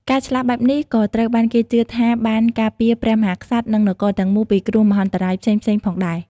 ការឆ្លាក់បែបនេះក៏ត្រូវបានគេជឿថាបានការពារព្រះមហាក្សត្រ និងនគរទាំងមូលពីគ្រោះមហន្តរាយផ្សេងៗផងដែរ។